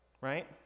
right